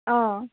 অঁ